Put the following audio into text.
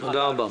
תודה רבה.